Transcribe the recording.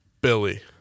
Billy